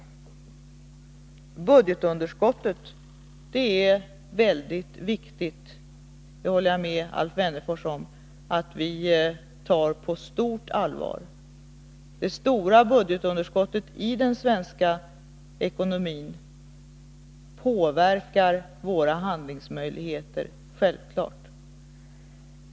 Jag håller med Alf Wennerfors om att det är mycket viktigt att vi tar budgetunderskottet på stort allvar. Det stora budgetunderskottet i den svenska ekonomin påverkar självfallet våra handlingsmöjligheter.